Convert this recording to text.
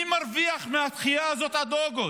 צריך לשאול מי מרוויח מהדחייה הזאת עד אוגוסט.